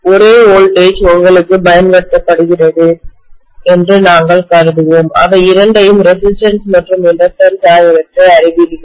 ஆகவே ஒரே வோல்டேஜ் உங்களுக்குப் பயன்படுத்தப்படுகிறது என்று நாங்கள் கருதுவோம் அவை இரண்டையும் ரெசிஸ்டன்ஸ் மற்றும் இண்டக்டன்ஸ் ஆகியவற்றை அறிவீர்கள்